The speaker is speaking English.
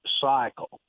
cycle